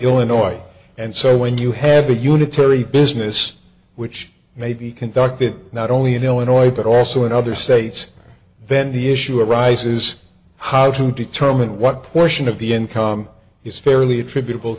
illinois and so when you have a unitary business which may be conducted not only in illinois but also in other states then the issue arises how to determine what portion of the income is fairly attributable